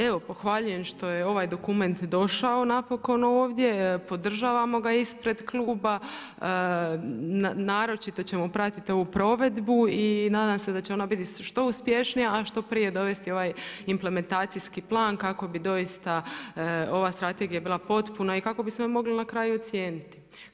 Evo, pohvaljujem što je ovaj dokument došao napokon ovdje, podržavamo ga ispred Kluba, naročito ćemo pratiti ovu provedbu i nadam se da će ona biti što uspješnija, a što prije dovesti ovaj implementacijski plan, kako bi doista ova strategija bila potpuna i kako bismo ju mogli na kraju ocijeniti.